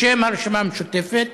בשם הרשימה המשותפת,